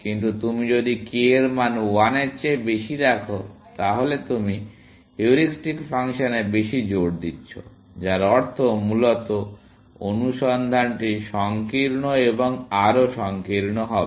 কিন্তু তুমি যদি k এর মান 1 এর চেয়ে বেশি রাখো তাহলে তুমি হিউরিস্টিক ফাংশনে বেশি জোর দিচ্ছ যার অর্থ মূলত অনুসন্ধানটি সংকীর্ণ এবং আরো সংকীর্ণ হবে